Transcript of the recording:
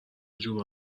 جور